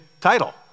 title